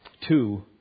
Two